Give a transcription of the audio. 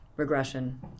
Regression